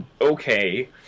okay